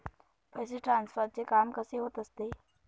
पैसे ट्रान्सफरचे काम कसे होत असते?